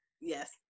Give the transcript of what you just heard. Yes